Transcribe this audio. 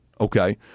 Okay